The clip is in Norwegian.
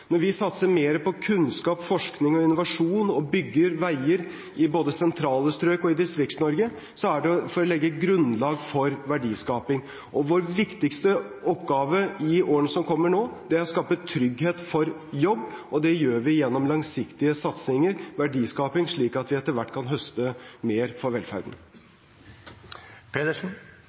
Når vi satser mer på kunnskap, forskning og innovasjon og bygger veier både i sentrale strøk og i Distrikts-Norge, er det for å legge grunnlag for verdiskaping. Vår viktigste oppgave i årene som kommer, er å skape trygghet for jobb, og det gjør vi gjennom langsiktige satsinger, verdiskaping, slik at vi etter hvert kan høste mer for velferden.